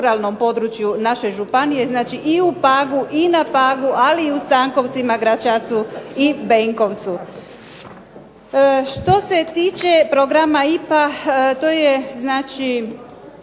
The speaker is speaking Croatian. u Pagu i na Pagu ali i u Stankovcima, Gračacu i Benkovcu. Što se tiče programa IPA to je znači